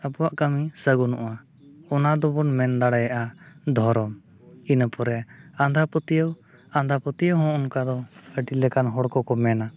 ᱟᱵᱚᱣᱟᱜ ᱠᱟᱹᱢᱤ ᱥᱟᱹᱜᱩᱱᱚᱜᱼᱟ ᱚᱱᱟ ᱫᱚᱵᱚᱱ ᱢᱮᱱ ᱫᱟᱲᱮᱭᱟᱜᱼᱟ ᱫᱷᱚᱨᱚᱢ ᱤᱱᱟᱹᱯᱚᱨᱮ ᱟᱸᱫᱷᱟ ᱯᱟᱹᱛᱭᱟᱹᱣ ᱟᱸᱫᱷᱟ ᱯᱟᱹᱛᱭᱟᱹᱣ ᱦᱚᱸ ᱚᱱᱠᱟ ᱫᱚ ᱟᱹᱰᱤ ᱞᱮᱠᱟᱱ ᱦᱚᱲ ᱠᱚᱠᱚ ᱢᱮᱱᱟ